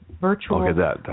virtual